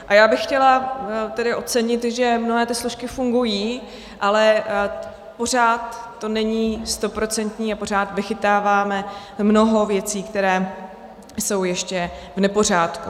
A já bych chtěla tedy ocenit, že mnohé ty složky fungují, ale pořád to není stoprocentní a pořád vychytáváme mnoho věcí, které jsou ještě v nepořádku.